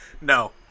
No